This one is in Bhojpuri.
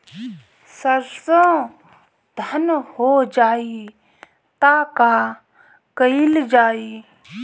सरसो धन हो जाई त का कयील जाई?